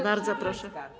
Bardzo proszę.